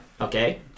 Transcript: Okay